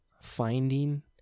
finding